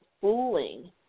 fooling